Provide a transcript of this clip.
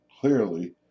clearly